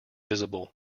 visible